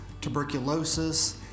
tuberculosis